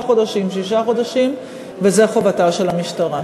שלושה חודשים, שישה חודשים, וזו חובתה של המשטרה.